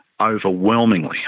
Overwhelmingly